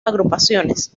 agrupaciones